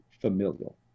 familial